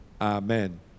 amen